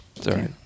Sorry